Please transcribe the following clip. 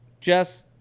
Jess